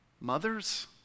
Mothers